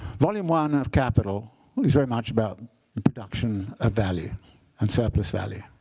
volume one of capital is very much about the production of value and surplus value.